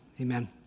Amen